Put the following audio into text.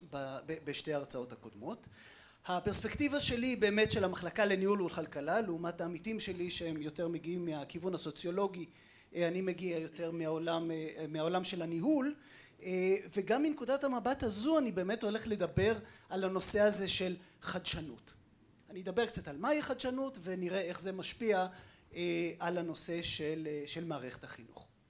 בשתי ההרצאות הקודמות. הפרספקטיבה שלי היא באמת של המחלקה לניהול ולכלכלה, לעומת העמיתים שלי שהם יותר מגיעים מהכיוון הסוציולוגי אני מגיע יותר מהעולם של הניהול, וגם מנקודת המבט הזו אני באמת הולך לדבר על הנושא הזה של חדשנות. אני אדבר קצת על מהי חדשנות ונראה איך זה משפיע על הנושא של מערכת החינוך